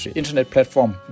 internetplatform